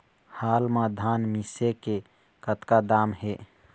हाल मा धान मिसे के कतका दाम हे?